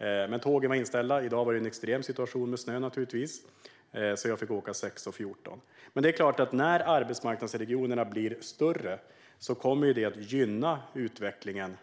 I dag var det naturligtvis en extrem situation med snö. Jag fick därför åka kl. 6.14. När arbetsmarknadsregionerna blir större kommer det naturligtvis att gynna utvecklingen.